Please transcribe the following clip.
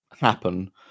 happen